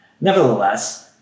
nevertheless